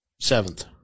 Seventh